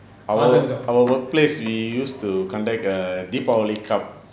our our workplace we used to conduct a deepavali cup